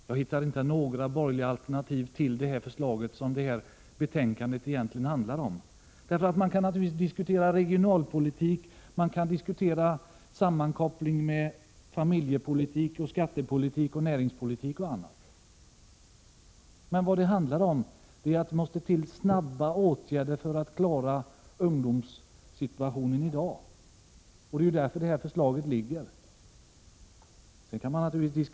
Jag hittar inte några borgerliga alternativ till det förslag som betänkandet egentligen handlar om. Man kan naturligtvis diskutera anknytningar till regionalpolitik, familjepolitik, skattepolitik, näringspolitik och annat, men vad det handlar om är att snabba åtgärder måste vidtas för att man skall kunna klara ungdomens situation i dag, och det är därför som förslaget har framlagts.